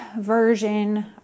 version